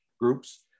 groups